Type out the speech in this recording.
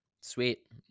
Sweet